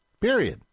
period